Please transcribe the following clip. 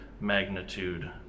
magnitude